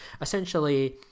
Essentially